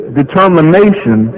determination